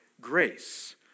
grace